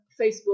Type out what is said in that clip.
facebook